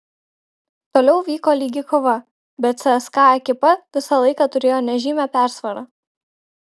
toliau vyko lygi kova bet cska ekipa visą laiką turėjo nežymią persvarą